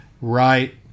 right